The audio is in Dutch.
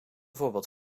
voorbeeld